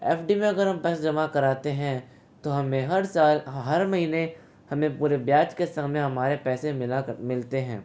F D में अगर हम पैस जमा कराते हैं तो हमें हर साल हर महीने हमें पूरे ब्याज के समय हमारे पैसे मिला कर मिलते हैं